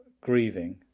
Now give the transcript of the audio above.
grieving